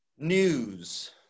news